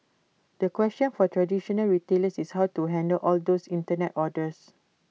the question for traditional retailers is how to handle all those Internet orders